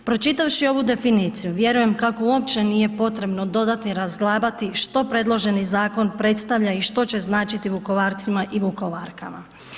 Pročitavši ovu definiciju, vjerujem kako uopće nije potrebno dodati i razglabati što predloženi zakon predstavlja i što će značiti Vukovarcima i Vukovarkama.